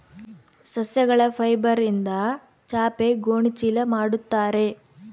ಸಸ್ಯಗಳ ಫೈಬರ್ಯಿಂದ ಚಾಪೆ ಗೋಣಿ ಚೀಲ ಮಾಡುತ್ತಾರೆ